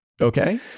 Okay